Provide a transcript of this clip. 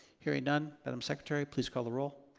hearing none. madame secretary, please call the roll.